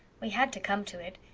we had to come to it.